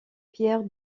pierres